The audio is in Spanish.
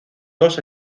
dos